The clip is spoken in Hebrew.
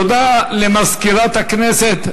תודה למזכירת הכנסת.